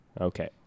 Okay